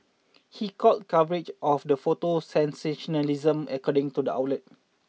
he called coverage of the photo sensationalism according to the outlet